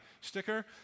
sticker